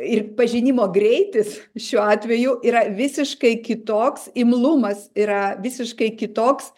ir pažinimo greitis šiuo atveju yra visiškai kitoks imlumas yra visiškai kitoks